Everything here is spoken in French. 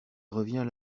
revient